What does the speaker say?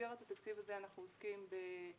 במסגרת התקציב הזה אנחנו עוסקים בהדרכה,